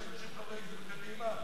30 חברי כנסת מקדימה,